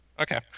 Okay